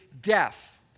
death